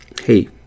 hey